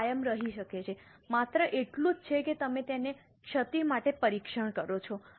તે કાયમ રહી શકે છે માત્ર એટલું જ છે કે તમે તેને ક્ષતિ માટે પરીક્ષણ કરો છો